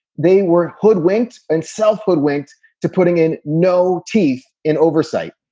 they were hoodwinked and self hoodwinked to putting in no teeth in oversight.